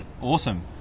Awesome